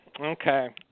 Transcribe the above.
okay